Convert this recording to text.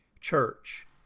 church